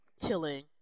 killing